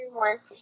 work